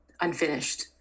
unfinished